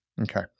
Okay